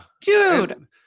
dude